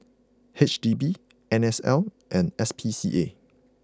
H D B N S L and S P C A